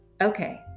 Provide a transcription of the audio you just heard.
Okay